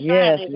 Yes